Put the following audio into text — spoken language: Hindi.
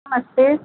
नमस्ते